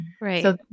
Right